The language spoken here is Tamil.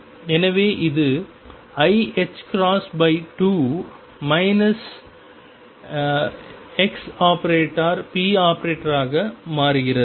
எனவே இது iℏ2 ⟨x⟩⟨p⟩ ஆக மாறுகிறது